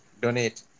donate